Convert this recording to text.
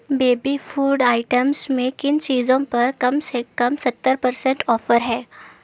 baby food items میں کن چیزوں پر کم سے کم ستر پرسنٹ آفر ہے